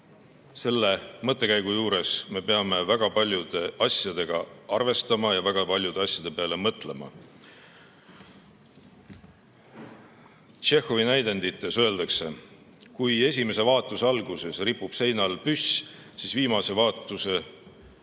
Selle mõttekäigu juures me peame väga paljude asjadega arvestama ja väga paljude asjade peale mõtlema. Tšehhovi näidendite kohta öeldakse, et kui esimese vaatuse alguses ripub seinal püss, siis viimase vaatuse